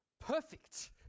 perfect